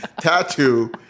tattoo